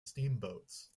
steamboats